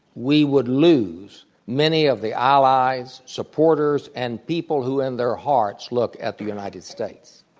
we would lose many of the allies, supporters, and people who in their hearts look at the united states.